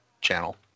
channel